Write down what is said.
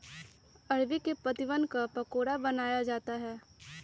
अरबी के पत्तिवन क पकोड़ा बनाया जाता है